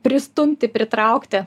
pristumti pritraukti